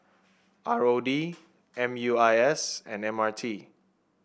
R O D M U I S and M R T